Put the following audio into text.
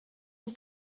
une